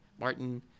Martin